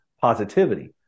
positivity